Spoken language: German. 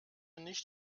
nicht